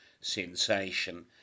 sensation